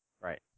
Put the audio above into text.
Right